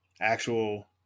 actual